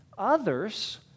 Others